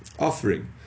Offering